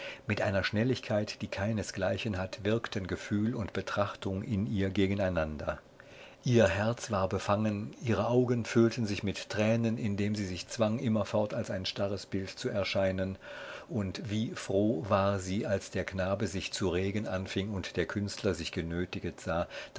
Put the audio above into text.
mit einer schnelligkeit die keinesgleichen hat wirkten gefühl und betrachtung in ihr gegeneinander ihr herz war befangen ihre augen füllten sich mit tränen indem sie sich zwang immerfort als ein starres bild zu erscheinen und wie froh war sie als der knabe sich zu regen anfing und der künstler sich genötiget sah